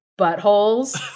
buttholes